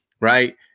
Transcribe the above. right